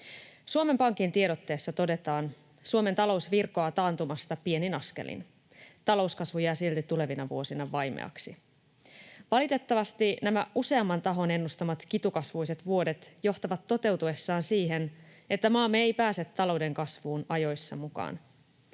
Suomen Pankin tiedotteessa todetaan: ”Suomen talous virkoaa taantumasta pienin askelin. Talouskasvu jää silti tulevina vuosina vaimeaksi.” Valitettavasti nämä useamman tahon ennustamat kitukasvuiset vuodet johtavat toteutuessaan siihen, että maamme ei pääse talouden kasvuun ajoissa mukaan.